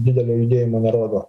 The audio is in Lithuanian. didelio judėjimo nerodo